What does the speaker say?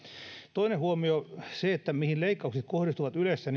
toinen huomio se mihin leikkaukset kohdistuvat ylessä